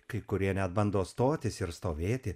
kai kurie net bando stotis ir stovėti